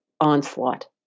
onslaught